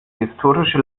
historische